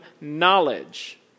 knowledge